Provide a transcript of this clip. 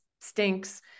stinks